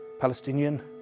Palestinian